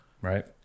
right